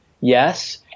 Yes